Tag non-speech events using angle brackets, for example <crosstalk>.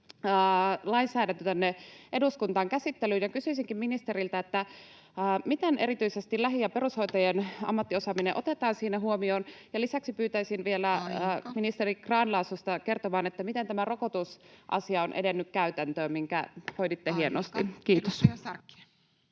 lainsäädäntö tänne eduskuntaan käsittelyyn. Ja kysyisinkin ministeriltä: miten erityisesti lähi- ja perushoitajien <noise> ammattiosaaminen otetaan siinä huomioon? Ja lisäksi pyytäisin vielä [Puhemies: Aika!] ministeri Grahn-Laasosta kertomaan, miten tämä rokotusasia on edennyt käytäntöön, minkä hoiditte hienosti.